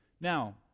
Now